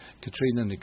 Katrina